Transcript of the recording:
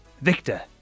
Victor